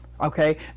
okay